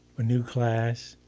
a new class,